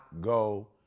go